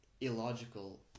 illogical